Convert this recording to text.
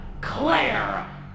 Claire